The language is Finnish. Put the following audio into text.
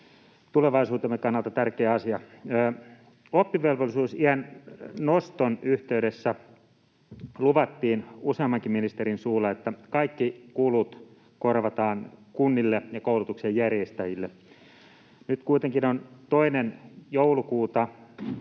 Tulevaisuutemme kannalta tärkeä asia. Oppivelvollisuusiän noston yhteydessä luvattiin useammankin ministerin suulla, että kaikki kulut korvataan kunnille ja koulutuksenjärjestäjille. Nyt kuitenkin on 2. joulukuuta,